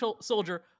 soldier